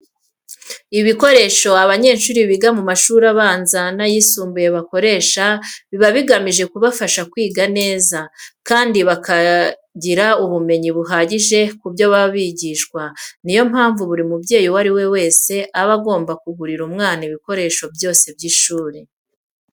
Ibikoresho abanyeshuri biga mu mashuri abanza n'ayisumbuye bakoresha biba bigamije kubafasha kwiga neza kandi bakagira ubumenyi buhagije ku byo baba bigishwa. Ni yo mpamvu buri mubyeyi uwo ari we wese aba agomba kugurira umwana ibikoresho byose by'ishuri.